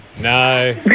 No